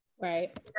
right